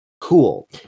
Cool